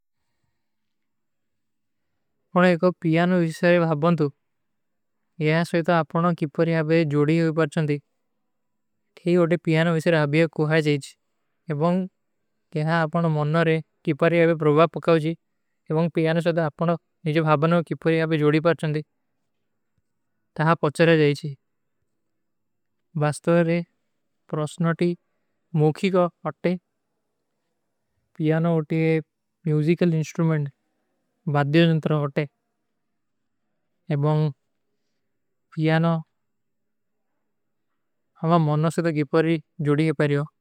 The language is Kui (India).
ଅପନେ ଏକ ପିଯାନୋଂ ଵିଶେରେ ଭାବନ ଥୂ। ଯହାଁ ସଭୀ ତୋ ଆପନୋଂ କିପରୀ ଆପେ ଜୋଡୀ ହୋଗୀ ପାର୍ଛଂଦୀ। କହୀ ଓଟେ ପିଯାନୋଂ ଵିଶେରେ ଅଭିଯା କୁହାଈ ଜାଯୀଚ। ଏବଂଗ କେହାଁ ଆପନୋଂ ମନନରେ କିପରୀ ଅବେ ପ୍ରଭାବ ପକାଵଚୀ। ଏବଂଗ ପିଯାନୋଂ ସଭୀ ଆପନୋଂ ନିଜେ ଭାବନୋଂ କିପରୀ ଆପେ ଜୋଡୀ ପାର୍ଛଂଦୀ। ତହାଁ ପଚ୍ଚରେ ଜାଯୀଚୀ। ବାସତଵାରେ ପ୍ରସ୍ଣୋଟୀ ମୋଖୀ କୋ ଅଟେ, ପିଯାନୋଂ ଓଟେ ମ୍ଯୂଜୀକଲ ଇଂସ୍ଟ୍ରୁମେଂଡ, ବାଦ୍ଯୋଂ ଜଂତରୋଂ ଅଟେ, ଏବଂଗ ପିଯାନୋଂ ଆପନୋଂ ନିଜେ ଭାବନୋଂ କିପରୀ ଆପେ ଜୋଡୀ ପାର୍ଛଂଦୀ।